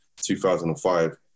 2005